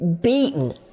beaten